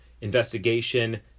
investigation